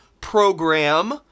program